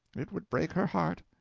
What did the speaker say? it would break her heart.